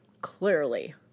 clearly